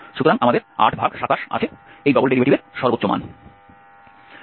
সুতরাং আমাদের 827 আছে এই ডবল ডেরিভেটিভের সর্বোচ্চ মান